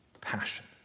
passion